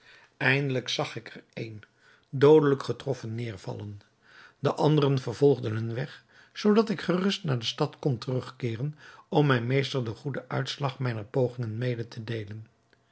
eindelijk zag ik er een doodelijk getroffen nedervallen de anderen vervolgden hun weg zoodat ik gerust naar de stad kon terugkeeren om mijn meester den goeden uitslag mijner pogingen mede te deelen